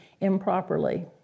improperly